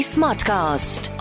Smartcast